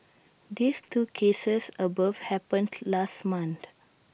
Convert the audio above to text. these two cases above happened last month